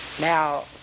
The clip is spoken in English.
Now